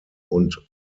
und